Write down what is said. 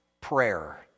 prayer